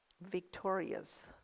victorious